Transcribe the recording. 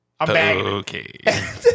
Okay